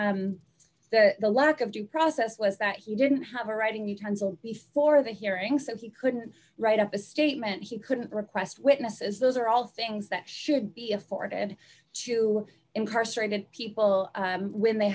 back the lack of due process was that he didn't have a writing utensil before the hearing so he couldn't write up a statement he couldn't request witnesses those are all things that should be afforded to incarcerated people when they